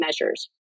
measures